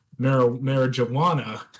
marijuana